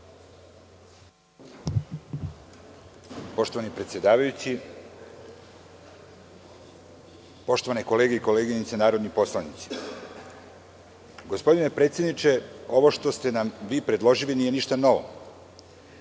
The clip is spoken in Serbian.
Poštovani predsedavajući, poštovane kolege i koleginice narodni poslanici, gospodine predsedniče ovo što ste nam vi predložili nije ništa novo. Da